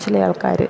ചില ആൾക്കാർ